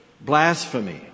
blasphemy